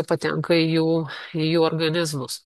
patenka į jų į jų organizmus